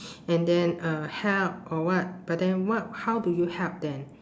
and then uh help or what but then what how do you help then